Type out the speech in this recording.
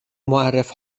معرف